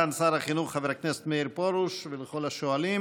תודה לסגן שר החינוך חבר הכנסת מאיר פרוש ולכל השואלים.